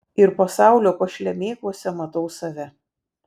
ir pasaulio pašlemėkuose matau save